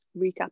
recap